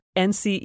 NCE